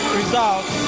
results